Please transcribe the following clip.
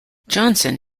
johnson